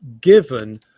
Given